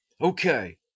Okay